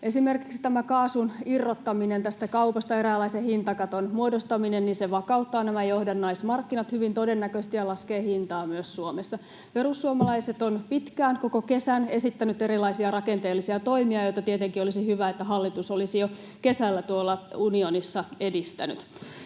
Esimerkiksi tämä kaasun irrottaminen tästä kaupasta, eräänlaisen hintakaton muodostaminen, vakauttaa nämä johdannaismarkkinat hyvin todennäköisesti ja laskee hintaa myös Suomessa. Perussuomalaiset ovat pitkään, koko kesän, esittäneet erilaisia rakenteellisia toimia, ja tietenkin olisi ollut hyvä, että hallitus olisi niitä jo kesällä tuolla unionissa edistänyt.